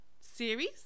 series